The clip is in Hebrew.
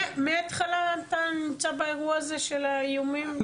מהתחלה אתה נמצא באירוע הזה של האיומים?